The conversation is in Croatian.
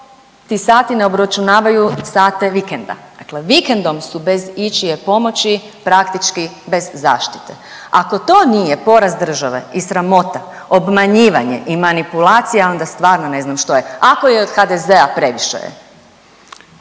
ti sati ne obračunavaju sate vikenda. Dakle, vikendom su bez ičije pomoći praktički bez zaštite. Ako to nije poraz države i sramota obmanjivanje i manipulacija onda stvarno ne znam što je. Ako je i od HDZ-a previše je.